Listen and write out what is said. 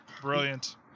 Brilliant